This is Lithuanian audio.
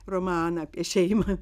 romaną apie šeimą